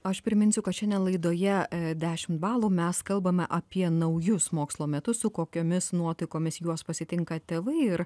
aš priminsiu kad šiandien laidoje dešimt balų mes kalbame apie naujus mokslo metus su kokiomis nuotaikomis juos pasitinka tėvai ir